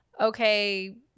okay